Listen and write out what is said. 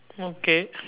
okay